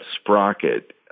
Sprocket